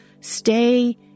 stay